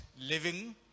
living